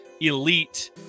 elite